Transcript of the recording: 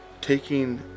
taking